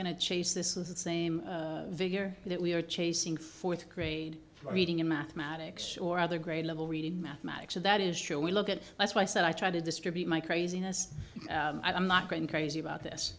going to chase this is the same vigor that we are chasing fourth grade reading in mathematics or other grade level reading mathematics that is sure we look at it that's why i said i try to distribute my craziness i'm not going crazy about this